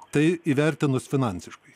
tai įvertinus finansiškai